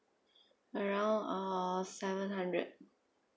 around uh seven hundred